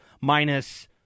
minus